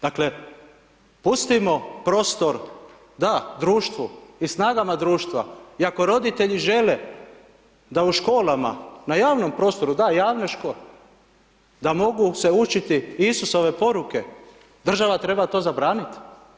Dakle, pustimo prostor da, društvu i snagama društva i ako roditelji žele, da u školama, na javnom prostoru, da javne škole, da mogu se učiti Isusove poruke, država treba to zabraniti.